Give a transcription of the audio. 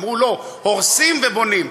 אמרו: לא, הורסים ובונים.